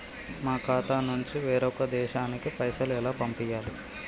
మా ఖాతా నుంచి వేరొక దేశానికి పైసలు ఎలా పంపియ్యాలి?